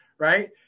Right